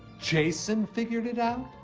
jason figured it out?